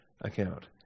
account